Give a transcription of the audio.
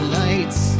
lights